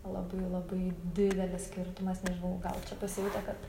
labai labai didelis skirtumas nežinau gal čia pasijuto kad